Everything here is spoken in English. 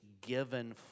given